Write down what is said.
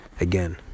again